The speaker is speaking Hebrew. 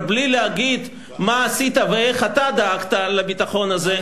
רק בלי להגיד מה עשית ואיך דאגת לביטחון הזה,